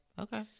okay